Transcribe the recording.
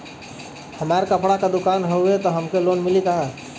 हमार कपड़ा क दुकान हउवे त हमके लोन मिली का?